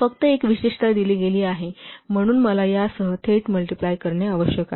फक्त एक विशेषता दिली गेली आहे म्हणून मला यासह थेट मल्टिप्लाय करणे आवश्यक आहे